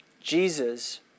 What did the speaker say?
Jesus